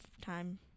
time